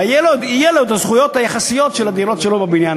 ויהיו לו הזכויות היחסיות של הדירות שלו בבניין,